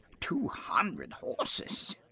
two hundred horses!